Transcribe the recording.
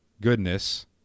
goodness